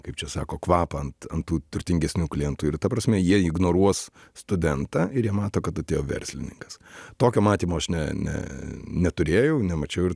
kaip čia sako kvapą ant ant tų turtingesnių klientų ir ta prasme jie ignoruos studentą ir jie mato kad atėjo verslininkas tokio matymo aš ne ne neturėjau nemačiau ir